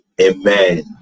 Amen